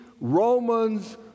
Romans